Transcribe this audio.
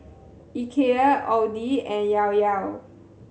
Ikea Audi and Llao Llao